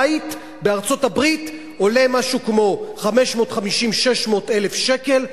בית בארצות-הברית עולה משהו כמו 550,000 600,000 שקל,